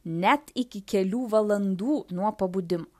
net iki kelių valandų nuo pabudimo